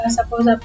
Suppose